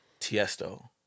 Tiesto